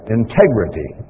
integrity